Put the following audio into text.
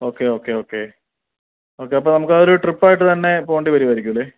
okay okay okay okay അപ്പോൾ നമുക്ക് അതൊരു ട്രിപ്പ് ആയിട്ട് തന്നെ പോവേണ്ടി വരുമായിരിക്കും അല്ലേ